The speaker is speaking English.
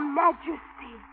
majesty